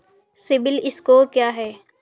CIBIL score क्या है?